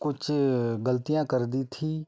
कुछ गलतियाँ कर दी थीं